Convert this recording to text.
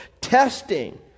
testing